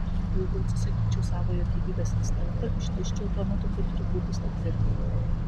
jeigu atsisakyčiau savojo gyvybės instinkto ištižčiau tuo metu kai turiu būti stipri